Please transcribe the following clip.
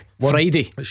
Friday